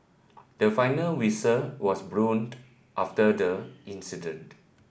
the final whistle was blowned after the incident